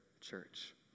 church